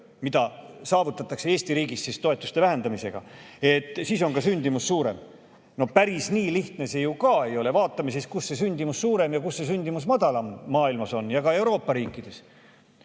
mida saavutatakse Eesti riigis toetuste vähendamisega, siis on ka sündimus suurem. No päris nii lihtne see ju ka ei ole. Vaatame siis, kus see sündimus on suurem ja kus see sündimus on madalam maailmas, ja ka Euroopa riikides.